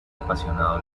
apasionado